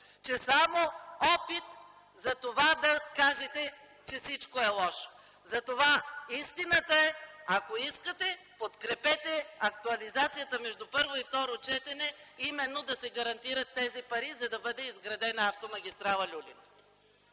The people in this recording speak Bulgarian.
е само опит за това да кажете, че всичко е лошо. Затова, ако искате, подкрепете актуализацията между първо и второ четене, а именно да се гарантират тези пари, за да бъде изградена автомагистрала „Люлин”.